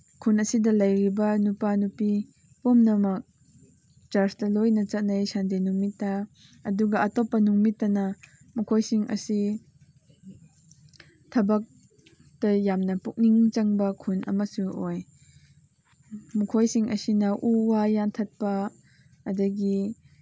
ꯈꯨꯟ ꯑꯁꯤꯗ ꯂꯩꯔꯤꯕ ꯅꯨꯄꯥ ꯅꯨꯄꯤ ꯄꯨꯝꯅꯃꯛ ꯆꯔꯆꯇ ꯂꯣꯏꯅ ꯆꯠꯅꯩ ꯁꯟꯗꯦ ꯅꯨꯃꯤꯠꯇ ꯑꯗꯨꯒ ꯑꯇꯣꯞꯄ ꯅꯨꯃꯤꯠꯇꯅ ꯃꯈꯣꯏꯁꯤꯡ ꯑꯁꯤ ꯊꯕꯛꯇ ꯌꯥꯝꯅ ꯄꯨꯛꯅꯤꯡ ꯆꯪꯕ ꯈꯨꯟ ꯑꯃꯁꯨ ꯑꯣꯏ ꯃꯈꯣꯏꯁꯤꯡ ꯑꯁꯤꯅ ꯎ ꯋꯥ ꯌꯥꯟꯊꯠꯄ ꯑꯗꯒꯤ